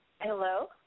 Hello